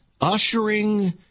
ushering